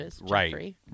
right